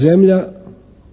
Zemlja